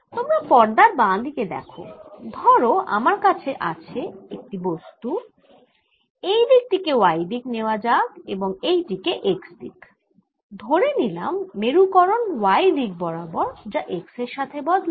তোমরা পর্দার বাঁ দিকে দেখ ধরো আমার কাছে একটি বস্তু আছে এই দিক টিকে Y দিক নেওয়া যাক এবং এই টি কে X দিক ধরে নিলাম মেরুকরণ Y দিক বরাবর যা X এর সাথে বদলায়